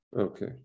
Okay